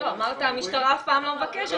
אמרת שהמשטרה אף פעם לא מבקשת,